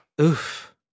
Oof